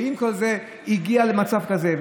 ועם כל זה היא הגיעה למצב כזה,